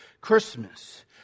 Christmas